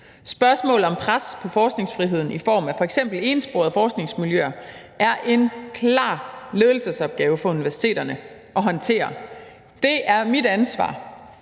Spørgsmål om pres på forskningsfriheden i form af f.eks. ensporede forskningsmiljøer er en klar ledelsesopgave for universiteterne at håndtere. Det er mit ansvar